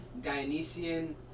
Dionysian